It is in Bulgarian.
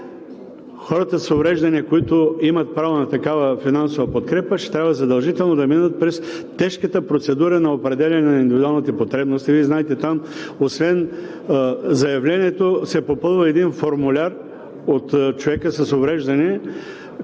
хората с увреждания, които имат право на такава финансова подкрепа, ще трябва задължително да минат през тежката процедура на определяне на индивидуалните потребности. Вие знаете, там освен заявлението, се попълва един формуляр, от човека с увреждане,